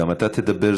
אם גם אתה תדבר,